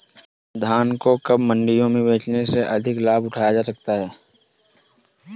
धान को कब मंडियों में बेचने से अधिक लाभ उठाया जा सकता है?